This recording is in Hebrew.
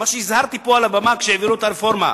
מה שהזהרתי פה על הבמה כשהעבירו את הרפורמה,